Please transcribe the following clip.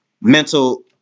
mental